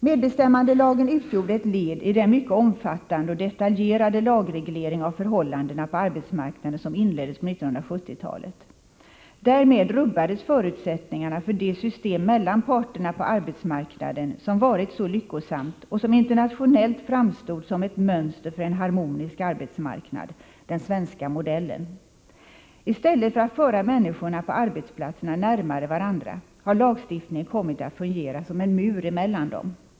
Medbestämmandelagen utgjorde ett led i den mycket omfattande och detaljerade lagreglering av förhållandena på arbetsmarknaden som inleddes på 1970-talet. Därmed rubbades förutsättningarna för det system mellan parterna på arbetsmarknaden som varit så lyckosamt och som internationellt framstod som ett mönster för en harmonisk arbetsmarknad — den svenska modellen. I stället för att föra människorna på arbetsplatserna närmare varandra har lagstiftningen kommit att fungera som en mur mellan dem.